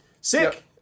Sick